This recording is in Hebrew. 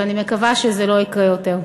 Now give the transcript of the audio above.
ואני מקווה שזה לא יקרה יותר.